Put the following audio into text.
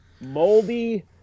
moldy